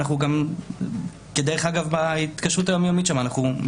ואנחנו גם כדרך אגב בהתקשרות היום יומית שם מתעניינים,